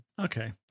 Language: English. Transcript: Okay